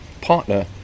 partner